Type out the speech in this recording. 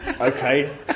Okay